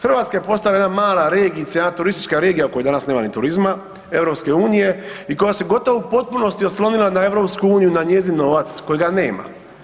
Hrvatska je postala jedna mala regijica, jedna turistička regija koja danas nema ni turizma EU-a i koja se gotovo u potpunosti oslonila na EU i na njezin novac kojega nema.